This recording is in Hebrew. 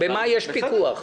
במה יש פיקוח?